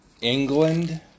England